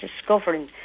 discovering